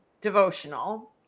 devotional